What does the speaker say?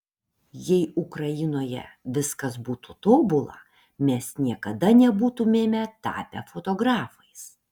jei ukrainoje viskas būtų tobula mes niekada nebūtumėme tapę fotografais